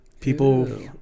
People